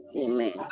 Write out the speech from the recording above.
Amen